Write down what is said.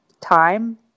time